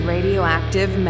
Radioactive